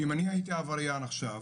אם אני הייתי עבריין עכשיו,